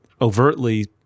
overtly